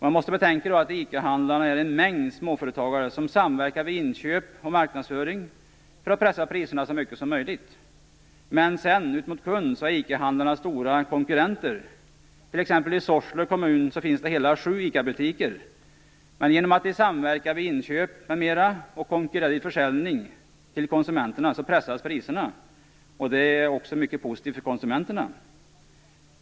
Man måste betänka att ICA-handlarna är en mängd småföretagare som samverkar vid inköp och marknadsföring för att pressa priserna så mycket som möjligt. Men ut mot kund är ICA-handlarna stora konkurrenter. I t.ex. Sorsele kommun finns det hela sju ICA-butiker. Men genom att de samverkar vid inköp m.m. och konkurrerar vid försäljning till konsumenterna pressas priserna. Det är också mycket positivt för konsumenterna.